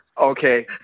Okay